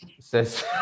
Says